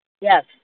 Yes